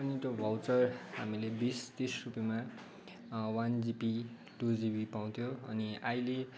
अनि त्यो भाउचर हामीले बिस तिस रुपियाँमा वान जिबी टू जिबी पाउँथ्यौँ अनि अहिले